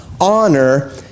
honor